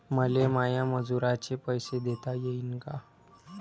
मले माया मजुराचे पैसे देता येईन का?